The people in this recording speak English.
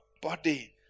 body